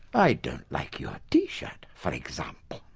i don't like your t-shirt. for example.